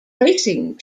racing